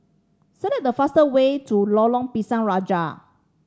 select the fast way to Lorong Pisang Raja